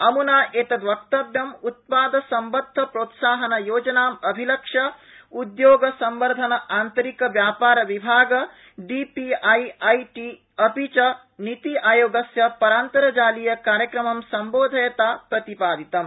अम्ना एतत् वक्तव्यं उत्पादसम्बद्धप्रोत्साहनयोजनाम् अभिलक्ष्य उद्योग संवर्धन आन्तरिक व्यापारविभाग D P I I T अपि च नीति आयोगस्यपरान्तरजालीय कार्यक्रमं सम्बोधयता प्रतिपादितम्